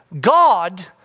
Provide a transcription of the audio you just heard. God